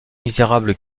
misérable